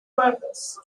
purpose